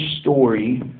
story